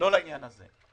קשור לעניין הזה.